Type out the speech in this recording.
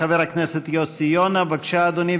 חבר הכנסת יוסי יונה, בבקשה, אדוני.